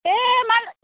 ए मलाई